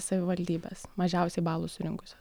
savivaldybės mažiausiai balų surinkusios